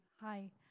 Hi